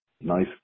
Nice